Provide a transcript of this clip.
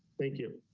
thank you.